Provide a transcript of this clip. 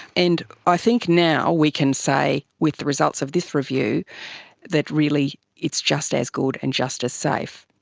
and i think now we can say with the results of this review that really it's just as good and just as safe.